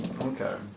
Okay